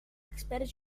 expert